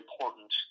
important